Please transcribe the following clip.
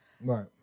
Right